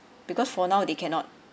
because for now they cannot